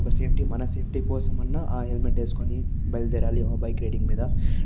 ఒక సేఫ్టీ మన సేఫ్టీ కోసమన్న ఆ హెల్మెట్ వేసుకొని బయలుదేరాలి బైక్ రైడింగ్ మీద